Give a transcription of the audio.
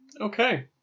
Okay